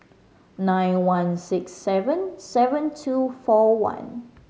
nine one six seven seven two four one